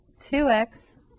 2x